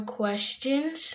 questions